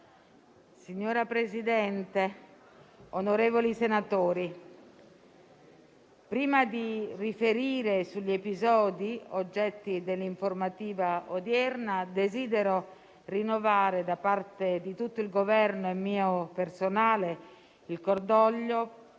Signora Presidente, onorevoli senatori, prima di riferire sugli episodi oggetto dell'informativa odierna, desidero rinnovare, da parte di tutto il Governo e mia personale, il cordoglio